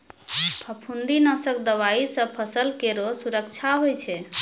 फफूंदी नाशक दवाई सँ फसल केरो सुरक्षा होय छै